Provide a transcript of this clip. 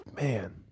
Man